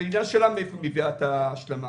אם יהיו קיזוזים בהיקפים גדולים,